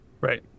Right